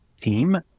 team